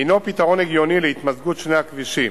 הינו פתרון הגיוני להתמזגות שני הכבישים,